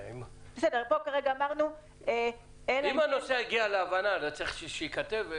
אם הנוסע הגיע להבנה, לא צריך שייכתב.